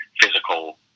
physical